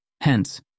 Hence